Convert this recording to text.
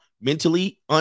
mentally